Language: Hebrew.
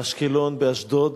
באשקלון, באשדוד,